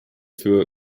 für